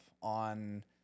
on